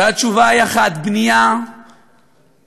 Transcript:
והתשובה היא אחת: בנייה והתרחבות,